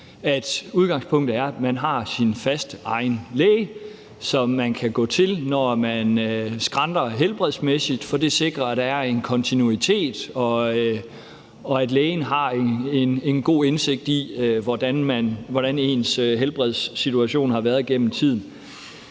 at udgangspunktet er, at man har sin egen faste læge, som man kan gå til, når man skrænter helbredsmæssigt, for det sikrer, at der er en kontinuitet, og at lægen har en god indsigt i, hvordan ens helbredssituation har været gennem tiden.